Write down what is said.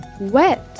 wet